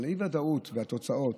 על האי-ודאות והתוצאות,